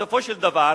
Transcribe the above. בסופו של דבר,